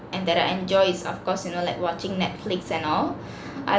and that I enjoy is of course you know like watching netflix and all I